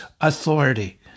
authority